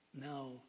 now